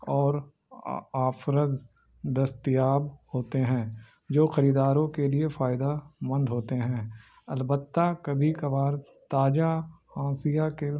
اور آفرز دستیاب ہوتے ہیں جو خریداروں کے لیے فائدہ مند ہوتے ہیں البتہ کبھی کبھار تاجہ ہسیہ کے